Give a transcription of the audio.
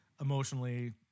emotionally